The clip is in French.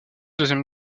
deuxième